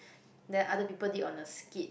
then other people did on the skit